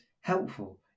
helpful